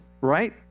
right